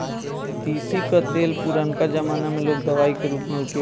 तीसी कअ तेल पुरनका जमाना में लोग दवाई के रूप में उपयोग करत रहे